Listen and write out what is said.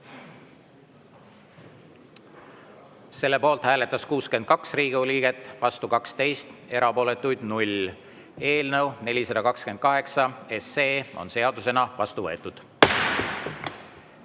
Selle poolt hääletas 62 Riigikogu liiget, vastu 12, erapooletuid 0. Eelnõu 428 on seadusena vastu võetud.